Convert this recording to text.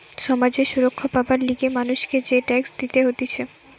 সমাজ এ সুরক্ষা পাবার লিগে মানুষকে যে ট্যাক্স দিতে হতিছে